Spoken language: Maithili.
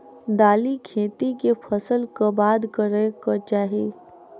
दालि खेती केँ फसल कऽ बाद करै कऽ चाहि?